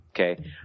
Okay